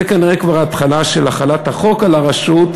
זה כבר כנראה התחלה של החלת החוק על הרשות.